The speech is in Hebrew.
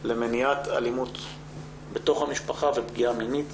למניעת אלימות בתוך המשפחה ופגיעה מינית